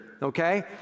okay